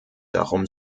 darum